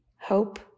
hope